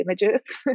images